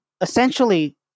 essentially